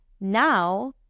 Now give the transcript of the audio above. Now